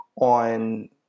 on